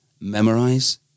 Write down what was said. memorize